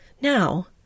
Now